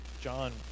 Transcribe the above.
John